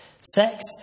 Sex